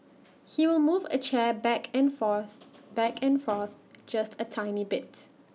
he will move A chair back and forth back and forth just A tiny bits